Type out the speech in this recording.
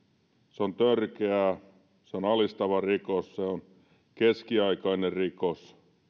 se on törkeää se on alistava rikos se on keskiaikainen rikos